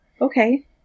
okay